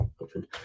open